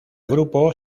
grupo